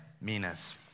minas